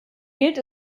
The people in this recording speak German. gilt